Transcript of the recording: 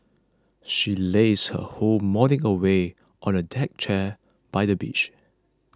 she lazed her whole morning away on a deck chair by the beach